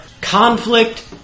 Conflict